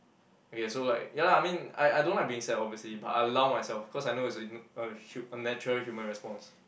okay so like ya lah I mean I I don't like being sad obviously but I allow myself cause I know is n~ a hu~ a natural human response